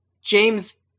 James